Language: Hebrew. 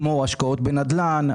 כמו השקעות בנדל"ן,